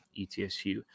ETSU